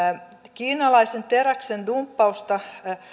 kiinalaisen teräksen dumppausta